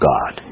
God